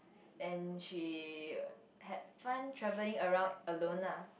and she had fun travelling around alone lah